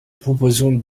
proposons